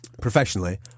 professionally